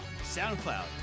SoundCloud